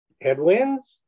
headwinds